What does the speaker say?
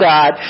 God